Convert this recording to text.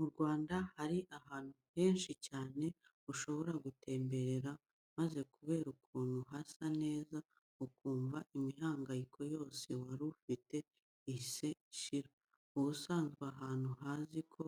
Mu Rwanda hari ahantu henshi cyane ushobora gutemberera maze kubera ukuntu hasa neza ukumva imihangayiko yose wari ufite ihise ishira. Ubusanzwe abantu bazi ko